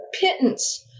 pittance